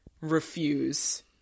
refuse